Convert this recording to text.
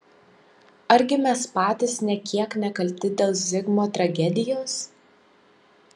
argi mes patys nė kiek nekalti dėl zigmo tragedijos